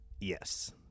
Yes